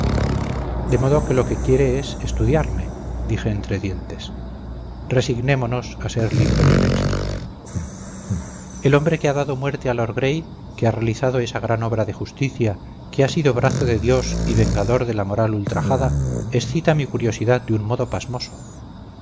modo que lo que quiere es estudiarme dije entre dientes resignémonos a ser libro de texto el hombre que ha dado muerte a lord gray que ha realizado esa gran obra de justicia que ha sido brazo de dios y vengador de la moral ultrajada excita mi curiosidad de un modo pasmoso